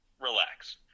Relax